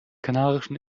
kanarischen